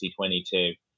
2022